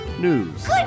news